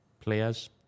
players